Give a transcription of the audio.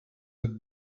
the